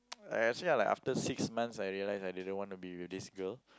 I actually I like after six months I realise I didn't want to be with this girl